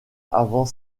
avant